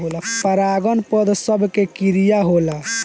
परागन पौध सभ के क्रिया होला